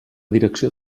direcció